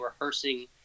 rehearsing